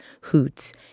hoots